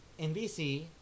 NBC